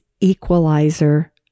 equalizer